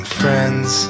friends